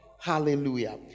Hallelujah